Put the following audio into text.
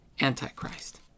Antichrist